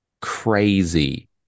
crazy